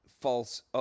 false